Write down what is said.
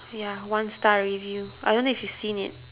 ya one-star review I don't know if you've seen it